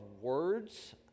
words